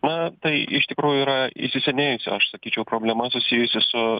na tai iš tikrųjų yra įsisenėjusi aš sakyčiau problema susijusi su